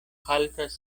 haltas